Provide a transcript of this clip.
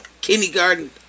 kindergarten